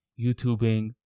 YouTubing